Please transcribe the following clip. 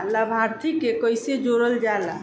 लभार्थी के कइसे जोड़ल जाला?